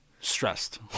stressed